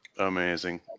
Amazing